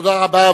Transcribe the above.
תודה רבה,